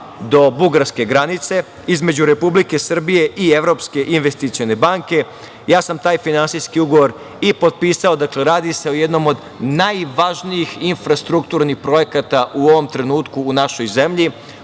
do bugarske granice, između Republike Srbije i Evropske investicione banke. Ja sam taj finansijski ugovor i potpisao. Dakle, radi se o jednom od najvažnijih infrastrukturnih projekata u ovom trenutku u našoj zemlji,